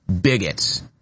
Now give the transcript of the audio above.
bigots